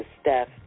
Steph